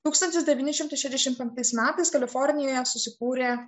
tūkstantis devyni šimtai šešiasdešimt penktais metais kalifornijoje susikūrė